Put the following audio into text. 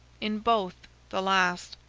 in both the last.